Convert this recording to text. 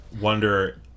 wonder